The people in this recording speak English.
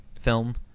film